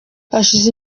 hashize